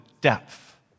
depth